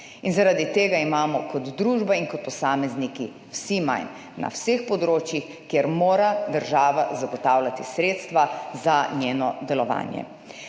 in zaradi tega imamo kot družba in kot posamezniki vsi manj, na vseh področjih kjer mora država zagotavljati sredstva za njeno delovanje.